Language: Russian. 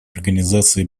организации